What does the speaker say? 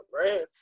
right